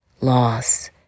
loss